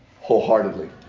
wholeheartedly